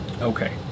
Okay